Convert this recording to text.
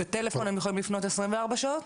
בטלפון הם יכולים לפנות 24 שעות?